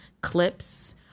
clips